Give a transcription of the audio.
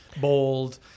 bold